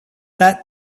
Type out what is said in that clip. that